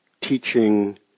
teaching